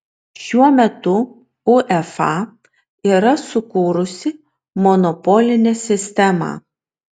šiuo metu uefa yra sukūrusi monopolinę sistemą